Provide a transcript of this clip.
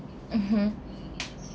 mmhmm